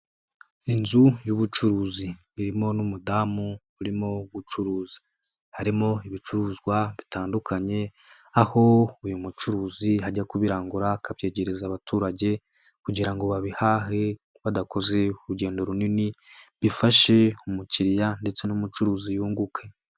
Inzu y'ubucuruzi irimo n'umudamu urimo gucuruza. Harimo ibicuruzwa bitandukanye, aho uyu mucuruzi ajya kubirangura akabyegereza abaturage kugira babihahe badakoze urugendo runini, bifashe umukiriya ndetse n'umucuruzi yunguke.